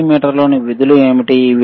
మల్టీమీటర్లోని విధులు ఏమిటి